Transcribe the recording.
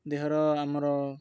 ଦେହର ଆମର